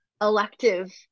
elective